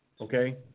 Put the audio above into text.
okay